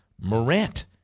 Morant